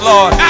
Lord